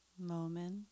moment